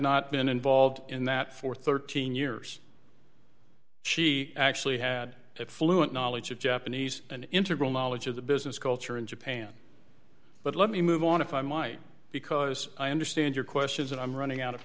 not been involved in that for thirteen years she actually had a fluent knowledge of japanese an integral knowledge of the business culture in japan but let me move on if i might because i understand your questions and i'm running out of